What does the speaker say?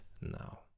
now